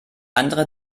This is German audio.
andere